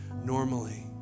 normally